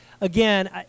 again